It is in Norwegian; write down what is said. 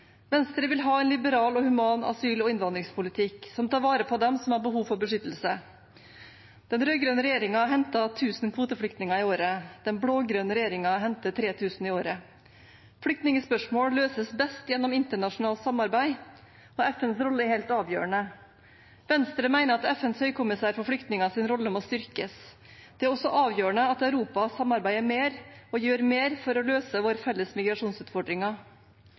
Venstre vil ha en liberal og human asyl- og innvandringspolitikk, som tar vare på dem som har behov for beskyttelse. Den rød-grønne regjeringen hentet 1 000 kvoteflyktninger i året. Den blå-grønne regjeringen henter 3 000 i året. Flyktningspørsmål løses best gjennom internasjonalt samarbeid, og FNs rolle er helt avgjørende. Venstre mener at FNs høykommissær for flyktningers rolle må styrkes. Det er også avgjørende at Europa samarbeider mer og gjør mer for å løse våre felles migrasjonsutfordringer.